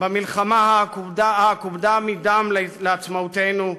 במלחמה העקובה מדם לעצמאותנו,